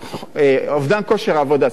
אובדן כושר עבודה,